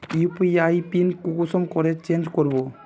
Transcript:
UPI PIN कुंसम करे change करबो?